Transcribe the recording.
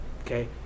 okay